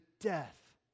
death